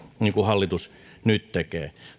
niin kuin hallitus nyt tekee